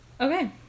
Okay